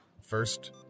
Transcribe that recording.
first